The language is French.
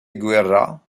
guerra